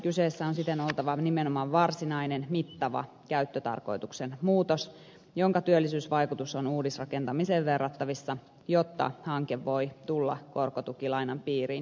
kyseessä on siten oltava nimenomaan varsinainen mittava käyttötarkoituksen muutos jonka työllisyysvaikutus on uudisrakentamiseen verrattavissa jotta hanke voi tulla korkotukilainan piiriin